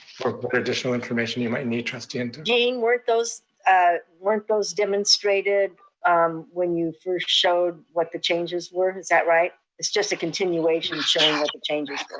for additional information, you might need trustee ntuk. and gene, weren't those ah weren't those demonstrated when you first showed what the changes were, is that right? it's just a continuation showing what the change is?